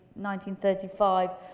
1935